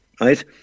right